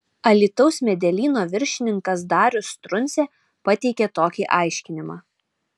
alytaus medelyno viršininkas darius truncė pateikė tokį aiškinimą